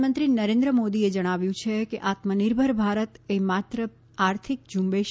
પ્રધાનમંત્રી નરેન્દ્ર મોદીએ જણાવ્યું છે કે આત્મનિર્ભર ભારત એ માત્ર આર્થિક ઝુંબેશ